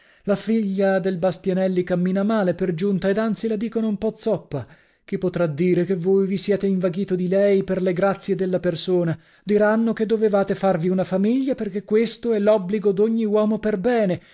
la figlia del bastianelli cammina male per giunta ed anzi la dicono un po zoppa chi potrà dire che voi vi siate invaghito di lei per le grazie della persona diranno che dovevate farvi una famiglia perchè questo è l'obbligo d'ogni uomo per bene